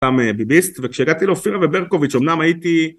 פעם ביביסט וכשהגעתי לאופירה וברקוביץ' אמנם הייתי